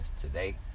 today